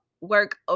work